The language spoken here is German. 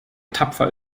tapfer